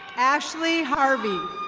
ashley harvey.